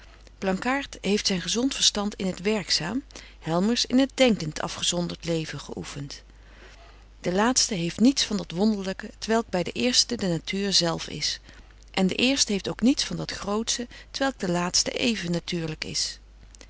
blankaart heeft zyn gezont verstand in het werkzaam helmers in het denkent afgezondert leven geöeffent de laatste heeft niets van dat wonderlyke t welk by den eersten de natuur zelf is en de eerste heeft ook niets van dat grootsche t welk den laatsten even natuurlyk is